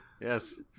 Yes